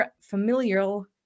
familial